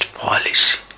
policy।